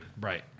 Right